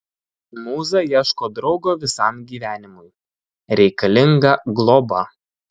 mūza ieško draugo visam gyvenimui reikalinga globa